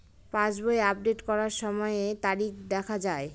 পাসবই update করার সময়ে তারিখ দেখা য়ায়?